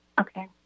Okay